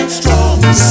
stronger